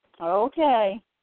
Okay